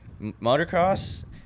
motocross